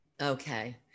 Okay